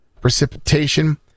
precipitation